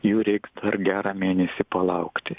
jū reik dar gerą mėnesį palaukti